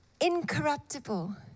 incorruptible